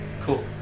Cool